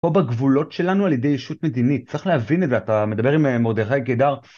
פה בגבולות שלנו על ידי אישות מדינית. צריך להבין את זה, אתה מדבר עם מרדכי קידר.